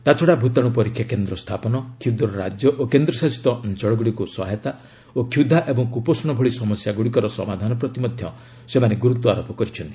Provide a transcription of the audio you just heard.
ତାଛଡ଼ା ଭୂତାଣୁ ପରୀକ୍ଷା କେନ୍ଦ୍ର ସ୍ଥାପନ କ୍ଷୁଦ୍ର ରାଜ୍ୟ ଓ କେନ୍ଦ୍ରଶାସିତ ଅଞ୍ଚଳଗୁଡ଼ିକୁ ସହାୟତା ଓ କ୍ଷୁଧା ଏବଂ କୁପୋଷଣ ଭଳି ସମସ୍ୟାଗୁଡ଼ିକର ସମାଧଶନ ପ୍ରତି ମଧ୍ୟ ସେମାନେ ଗୁରୁତ୍ୱାରୋପ କରିଛନ୍ତି